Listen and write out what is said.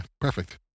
Perfect